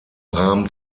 rahmen